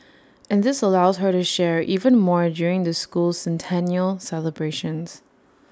and this allows her to share even more during the school's centennial celebrations